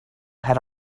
had